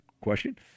question